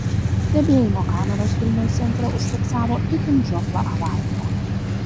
stebėjimo kameros vilniaus centre užfiksavo itin žioplą avariją